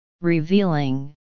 revealing